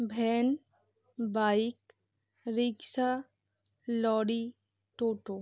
van bike rickshaw lorry toto